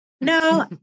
No